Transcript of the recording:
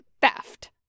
theft